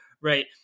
right